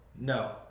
no